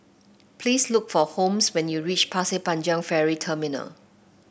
please look for Holmes when you reach Pasir Panjang Ferry Terminal